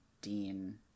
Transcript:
Dean